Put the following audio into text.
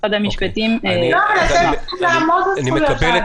משרד המשפטים --- אתם צריכים לעמוד על זכויות האדם.